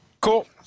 Cool